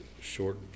Short